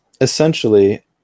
essentially